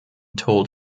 told